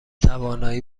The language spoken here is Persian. توانایی